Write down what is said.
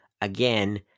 again